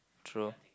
true